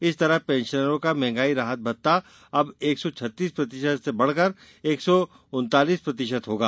इस तरह पेंशनरों का महंगाई राहत भत्ता अब एकसौ छत्तीस प्रतिशत से बढ़कर एकसौ उनतालीस प्रतिशत होगा